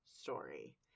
story